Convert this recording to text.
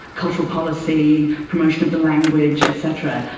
cultural policy, promotion of the language et cetera.